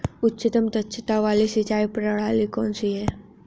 उच्चतम दक्षता वाली सिंचाई प्रणाली कौन सी है?